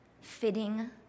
fitting